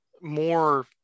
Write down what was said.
more